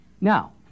Now